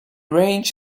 range